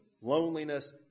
loneliness